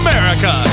America